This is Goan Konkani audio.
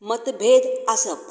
मतभेद आसप